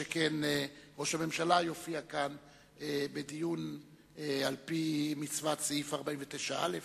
שכן ראש הממשלה יופיע כאן בדיון על-פי מצוות סעיף 49א,